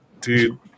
Dude